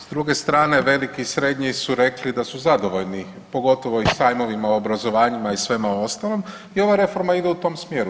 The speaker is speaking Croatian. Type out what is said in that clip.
S druge strane veliki, srednji su rekli da su zadovoljni pogotovo i sajmovima, obrazovanjima i svemu ostalom i ova reforma ide u tom smjeru.